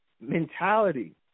mentality